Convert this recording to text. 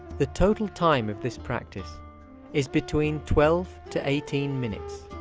the total time of this practice is between twelve to eighteen minutes.